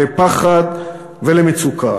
לפחד ולמצוקה?